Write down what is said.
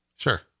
sure